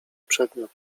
przedmiot